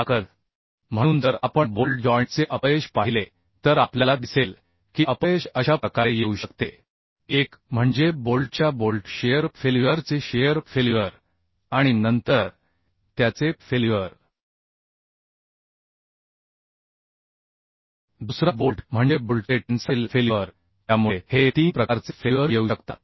ताकद म्हणून जर आपण बोल्ट जॉइंटचे अपयश पाहिले तर आपल्याला दिसेल की अपयश अशा प्रकारे येऊ शकते एक म्हणजे बोल्टच्या बोल्ट शिअर फेल्युअरचे शिअर फेल्युअर आणि नंतर त्याचे फेल्युअर दुसरा बोल्ट म्हणजे बोल्टचे टेन्साइल फेल्युअर त्यामुळे हे तीन प्रकारचे फेल्युअर येऊ शकतात